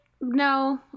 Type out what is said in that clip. No